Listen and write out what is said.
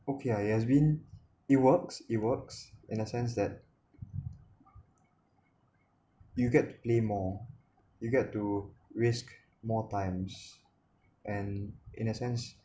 okay it works it works in a sense that you get to play more you get to risk more times and in a sense